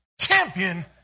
champion